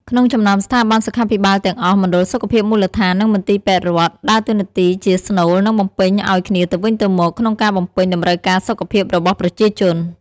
ក្នុងចំណោមស្ថាប័នសុខាភិបាលទាំងអស់ មណ្ឌលសុខភាពមូលដ្ឋាន និងមន្ទីរពេទ្យរដ្ឋ ដើរតួនាទីជាស្នូល និងបំពេញឱ្យគ្នាទៅវិញទៅមកក្នុងការបំពេញតម្រូវការសុខភាពរបស់ប្រជាជន។